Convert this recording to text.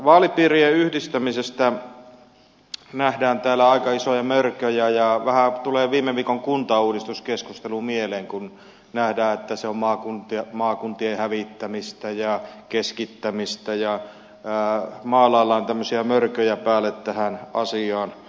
vaalipiirien yhdistämisestä nähdään täällä aika isoja mörköjä ja vähän tulee viime viikon kuntauudistuskeskustelu mieleen kun nähdään että se on maakuntien hävittämistä ja keskittämistä ja maalaillaan tämmöisiä mörköjä päälle tähän asiaan